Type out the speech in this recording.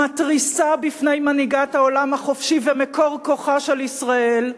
המתריסה בפני מנהיגת העולם החופשי ומקור כוחה של ישראל,